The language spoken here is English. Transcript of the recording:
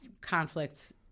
conflicts